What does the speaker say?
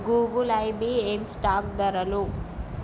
Google IBM stock ధరలు